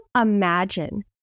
imagine